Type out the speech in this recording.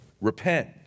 repent